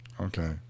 Okay